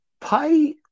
Pi